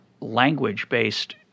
language-based